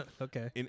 Okay